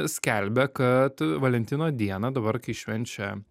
skelbia kad valentino dieną dabar kai švenčia